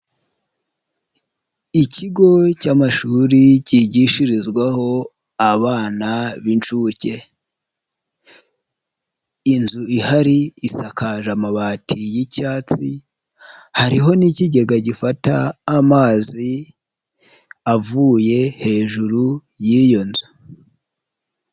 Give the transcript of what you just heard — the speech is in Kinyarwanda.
Ikigo cy'amashuri kigishirizwa abana b'inshuke, inzu ihari isakaje amabati y'icyatsi, hariho n'ikigega gifata amazi avuye hejuru y'iyo nzu.